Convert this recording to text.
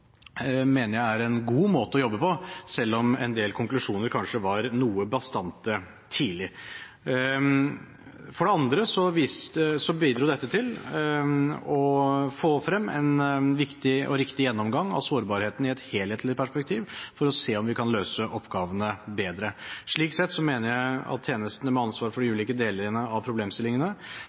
mener jeg er en god måte å jobbe på, selv om en del konklusjoner kanskje var noe bastante tidlig. Dette bidro til å få frem en viktig og riktig gjennomgang av sårbarheten i et helhetlig perspektiv for å se om vi kan løse oppgavene bedre. Slik sett mener jeg at tjenestene med ansvar for de ulike delene av problemstillingene